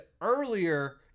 earlier